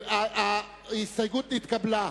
ההסתייגות נתקבלה.